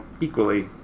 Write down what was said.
equally